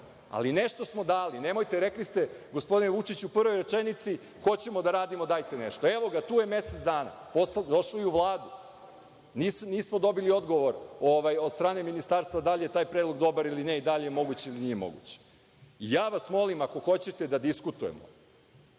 ali nešto smo dali. Nemojte, rekli ste, gospodine Vučiću u prvoj rečenici – hoćemo da radimo dajte nešto. Evo, ga tu je mesec dana, došao je i u Vladu, nismo dobili odgovor od strane Ministarstva da li je taj predlog dobar ili nije ili da li je moguće ili nije moguće. Molim vas, ako hoćete da diskutujemo,